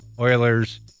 Oilers